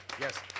yes